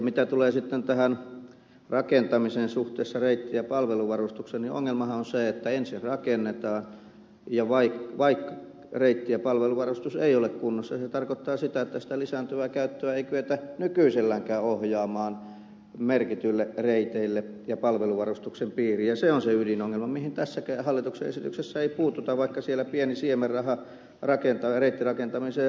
mitä tulee sitten tähän rakentamiseen suhteessa reitti ja palveluvarustukseen niin ongelmahan on se että ensin rakennetaan ja reitti ja palveluvarustus ei ole kunnossa ja se tarkoittaa sitä että sitä lisääntyvää käyttöä ei kyetä nykyiselläänkään ohjaamaan merkityille reiteille ja palveluvarustuksen piiriin ja se on se ydinongelma mihin tässäkään hallituksen esityksessä ei puututa vaikka siellä pieni siemenraha reittirakentamiseen onkin